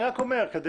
לא צריך חוזה.